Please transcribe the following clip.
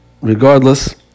regardless